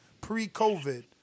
Pre-COVID